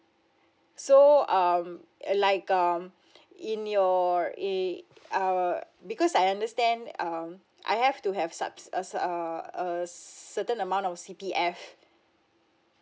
so um uh like um in your eh err because I understand um I have to have subs~ us uh a certain amount of C_P_F